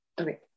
Okay